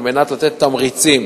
כדי לתת תמריצים